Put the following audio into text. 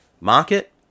market